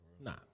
Nah